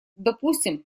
допустим